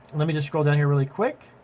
let me just scroll down here really quick.